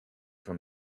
from